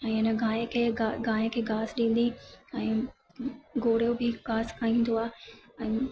ऐं हेन गांइ खे घासि ॾिबी ऐं घोड़ो बि घासि खाईंदो आहे ऐं